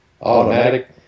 Automatic